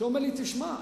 שאומר לי: תשמע,